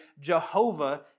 Jehovah